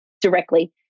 directly